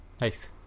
nice